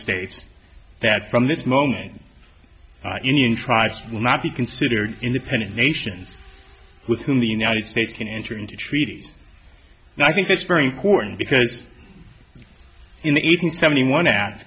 states that from this moment indian tribes will not be considered independent nations with whom the united states can enter into treaties and i think that's very important because you know even seventy one a